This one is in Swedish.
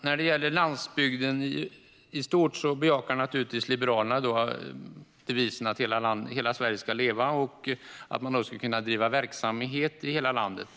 När det gäller landsbygden i stort bejakar naturligtvis Liberalerna devisen att hela Sverige ska leva och att man ska kunna driva verksamhet i hela landet.